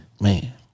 Man